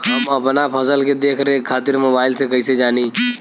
हम अपना फसल के देख रेख खातिर मोबाइल से कइसे जानी?